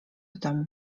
domu